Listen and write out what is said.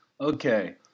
Okay